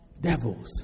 devils